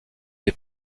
les